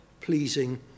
pleasing